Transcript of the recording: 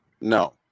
No